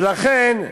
ולכן,